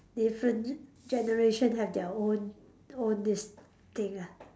different g~ generation have their own own this thing lah